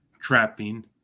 trapping